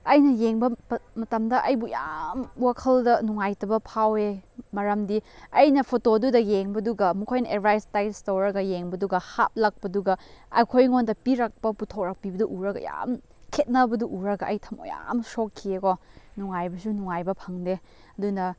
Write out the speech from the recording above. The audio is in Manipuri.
ꯑꯩꯅ ꯌꯦꯡꯕ ꯃꯇꯝꯗ ꯑꯩꯕꯨ ꯌꯥꯝ ꯋꯥꯈꯜꯗ ꯅꯨꯡꯉꯥꯏꯇꯕ ꯐꯥꯎꯋꯦ ꯃꯔꯝꯗꯤ ꯑꯩꯅ ꯐꯣꯇꯣꯗꯨꯗ ꯌꯦꯡꯕꯗꯨꯒ ꯃꯈꯣꯏꯅ ꯑꯦꯗꯚꯔꯇꯥꯏꯁ ꯇꯧꯔꯒ ꯌꯦꯡꯕꯗꯨꯒ ꯍꯥꯞꯂꯛꯄꯗꯨꯒ ꯑꯩꯈꯣꯏ ꯑꯩꯉꯣꯟꯗ ꯄꯤꯔꯛꯄ ꯄꯨꯊꯣꯔꯛꯄꯤꯕꯗꯨ ꯎꯔꯒ ꯌꯥꯝ ꯈꯦꯠꯅꯕꯗꯨ ꯎꯔꯒ ꯑꯩ ꯊꯝꯃꯣꯏ ꯌꯥꯝ ꯁꯣꯛꯈꯤꯌꯦꯀꯣ ꯅꯨꯡꯉꯥꯏꯕꯁꯨ ꯅꯨꯡꯉꯥꯏꯕ ꯐꯪꯗꯦ ꯑꯗꯨꯅ